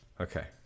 Okay